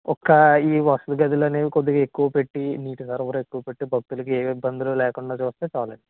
ఒక్క ఈ వసతి గదులు అనేవి కొద్దిగా ఎక్కువ పెట్టి నీటి సరఫరా ఎక్కువ పెట్టి భక్తులకి ఏ ఇబ్బందులు లేకుండా చూస్తే చాలు అండి